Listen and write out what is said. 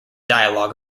dialogue